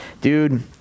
Dude